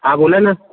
हां बोला ना